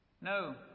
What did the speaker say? No